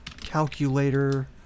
calculator